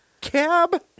Cab